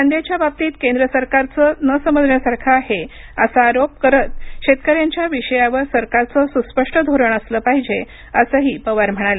कांद्याच्या बाबतीत केंद्र सरकारचं धोरण न समजण्यासारखं आहे असा आरोप करत शेतकऱ्यांच्या विषयावर सरकारचं सुस्पष्ट धोरण असलं पाहिजे असंही पवार म्हणाले